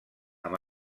amb